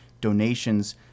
donations